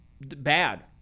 Bad